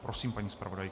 Prosím, paní zpravodajko.